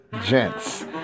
gents